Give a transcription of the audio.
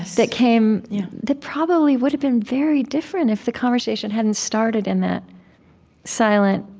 that came that probably would've been very different if the conversation hadn't started in that silent,